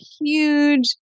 huge